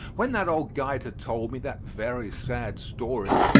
when that old guide had told me that very sad story,